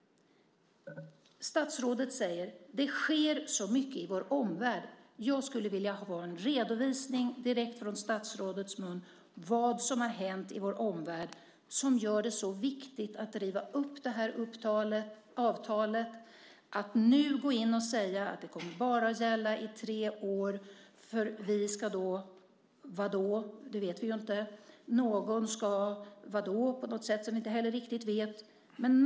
Statsrådet säger ju att det sker så mycket i vår omvärld. Jag skulle vilja ha en redovisning direkt från statsrådets mun av vad som hänt i vår omvärld som gör det så viktigt att riva upp det här avtalet och att nu gå in och säga: Det kommer bara att gälla i tre år för vi ska då . Vadå? Det vet vi inte. Någon ska något på ett sätt som vi inte heller riktigt känner till.